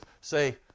say